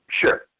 Sure